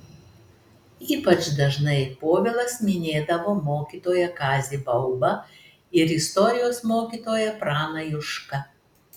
ypač dažnai povilas minėdavo mokytoją kazį baubą ir istorijos mokytoją praną jušką